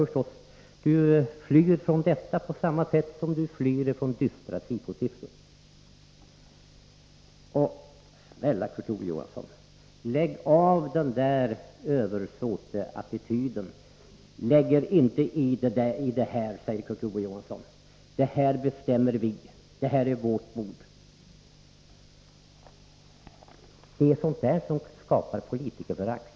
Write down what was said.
Kurt Ove Johansson flyr från denna undersökning på samma sätt som han flyr från dystra SIFO-siffror. Snälla Kurt Ove Johansson, lägg av den där översåteattityden! Lägg er inte i detta! säger Kurt Ove Johansson. Han fortsätter: Det här bestämmer vi; detta är vårt bord. Det är sådant som skapar politikerförakt.